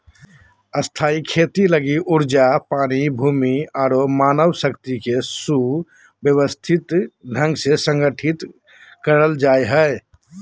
स्थायी खेती लगी ऊर्जा, पानी, भूमि आरो मानव शक्ति के सुव्यवस्थित ढंग से संगठित करल जा हय